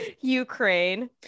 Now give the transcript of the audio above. ukraine